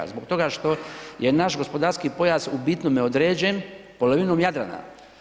Zbog toga što je naš gospodarski pojas u bitnome određen polovinom Jadrana.